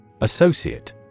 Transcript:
Associate